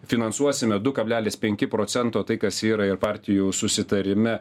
finansuosime du kablelis penki procento tai kas yra ir partijų susitarime